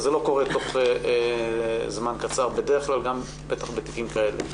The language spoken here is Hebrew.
זה לא קורה תוך זמן קצר בדרך כלל ובטח גם בתיקים כאלה.